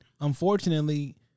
unfortunately